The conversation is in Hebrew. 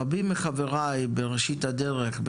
רבים מחברי בראשית הדרך,